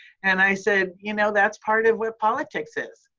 and i said, you know, that's part of what politics is.